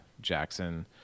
Jackson